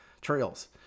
trails